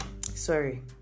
sorry